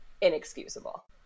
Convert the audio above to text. inexcusable